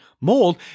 mold